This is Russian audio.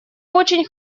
очень